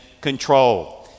control